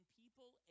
people